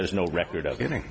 there's no record of getting